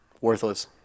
worthless